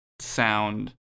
Sound